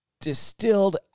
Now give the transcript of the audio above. distilled